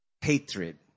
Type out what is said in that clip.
hatred